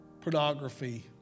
pornography